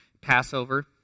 Passover